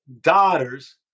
daughters